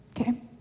Okay